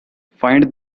find